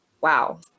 Wow